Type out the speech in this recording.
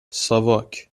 ساواک